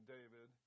David